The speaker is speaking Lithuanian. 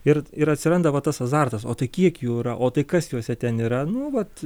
ir ir atsiranda va tas azartas o tai kiek jų yra o tai kas juose ten yra nu vat